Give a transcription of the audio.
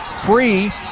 free